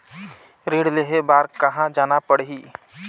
ऋण लेहे बार कहा जाना पड़ही?